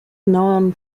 known